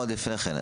עוד לפני כן,